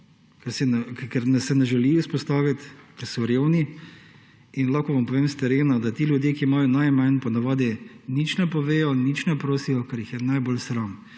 ker se ne želijo izpostaviti, da so revni. Lahko vam povem iz izkušenj s terena, da ti ljudje, ki imajo najmanj, po navadi nič ne povedo, za nič ne prosijo, ker jih je najbolj sram.